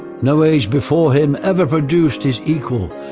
no age before him ever produced his equal,